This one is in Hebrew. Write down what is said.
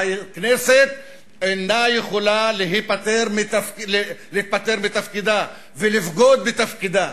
והכנסת אינה יכולה להיפטר מתפקידה ולבגוד בתפקידה.